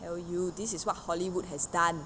I tell you this is what hollywood has done